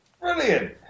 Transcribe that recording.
Brilliant